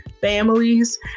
families